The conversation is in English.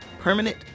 permanent